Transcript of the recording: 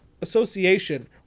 association